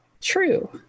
true